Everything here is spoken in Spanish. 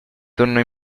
turno